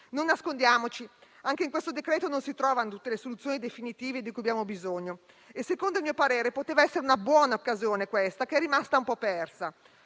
Non nascondiamoci: anche in questo decreto-legge non si trovano tutte le soluzioni definitive di cui abbiamo bisogno e, secondo il mio parere, questa poteva essere una buona occasione, che è rimasta un po' persa.